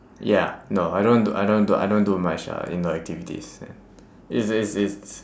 ya no I don't do I don't do I don't do much uh indoor activities it's it's it's